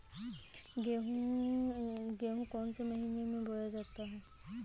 गेहूँ कौन से महीने में बोया जाता है?